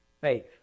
faith